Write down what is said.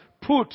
put